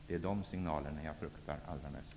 Det är dessa signaler jag fruktar allra mest.